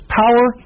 power